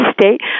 state